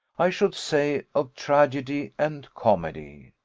i should say, of tragedy and comedy.